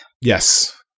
Yes